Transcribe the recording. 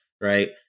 right